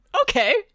Okay